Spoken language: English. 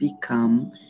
become